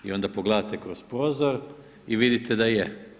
I onda pogledate kroz prozor i vidite da je.